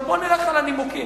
עכשיו בואו נלך על הנימוקים,